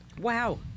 Wow